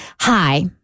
Hi